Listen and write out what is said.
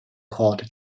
called